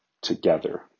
together